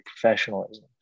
professionalism